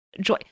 joy